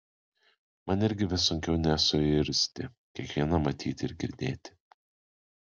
man irgi vis sunkiau nesuirzti kiekvieną matyti ir girdėti